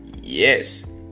Yes